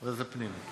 ועדת הפנים.